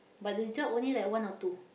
but the job only like one or two